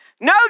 No